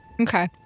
Okay